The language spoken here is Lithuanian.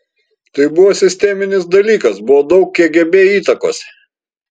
tai buvo sisteminis dalykas buvo daug kgb įtakos